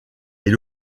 est